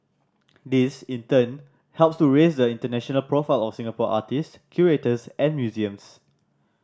this in turn helps to raise the international profile of Singapore artist curators and museums